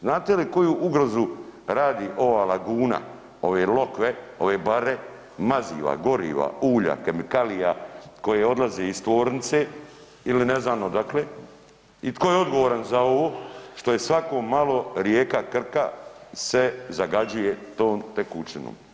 Znate li koju ugrozu radi ova laguna, ove lokve, ove bare, maziva, goriva, ulja, kemikalija koje odlaze iz tvornice ili ne znam odakle i tko je odgovoran za ovo što je svako malo rijeka Krka se zagađuje tom tekućinom.